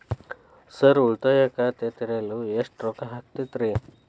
Sir ಉಳಿತಾಯ ಖಾತೆ ತೆರೆಯಲು ಎಷ್ಟು ರೊಕ್ಕಾ ಆಗುತ್ತೇರಿ?